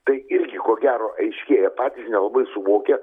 tai irgi ko gero aiškėja patys nelabai suvokia